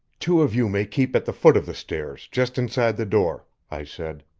two of you may keep at the foot of the stairs, just inside the door, i said.